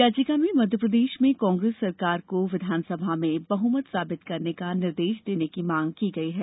याचिका में मध्यप्रदेश में कांग्रेस सरकार को विधान सभा में बहुमत साबित करने का निर्देश देने की मांग की गयी है